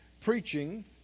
preaching